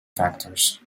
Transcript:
factors